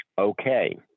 okay